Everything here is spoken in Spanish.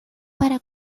para